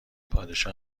پادشاه